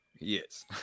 Yes